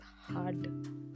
hard